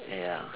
ya